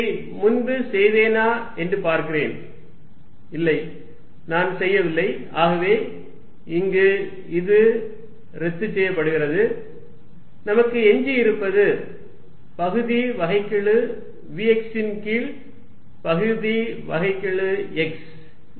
இதை முன்பு செய்தேனா என்று பார்க்கிறேன் இல்லை நான் செய்யவில்லை ஆகவே இங்கு இது ரத்து செய்யப்படுகிறது நமக்கு எஞ்சியிருப்பது பகுதி வகைக்கெழு vx ன் கீழ் பகுதி வகைக்கெழு x a b c